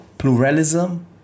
Pluralism